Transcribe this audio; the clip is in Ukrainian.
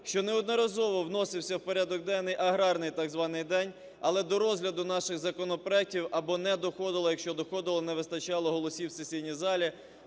що неодноразово вносився в порядок денний аграрний так званий день, але до розгляду наших законопроектів або не доходило, а якщо доходило, не вистачало голосів в сесійній залі,